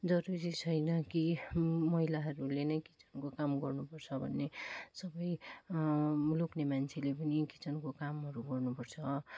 जरुरी छैन कि महिलाहरूले नै किचनको काम गर्नुपर्छ भन्ने सबै लोग्नेमान्छेले पनि किचनको कामहरू गर्नुपर्छ